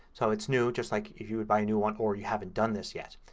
so it's new just like if you would buy a new one or you haven't done this yet.